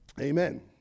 amen